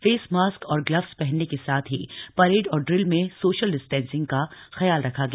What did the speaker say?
face mask और gloves पहनने के साथ ही परेड और ड्रिल में सोशल डिस्टेंसिंग का ख्याल रखा गया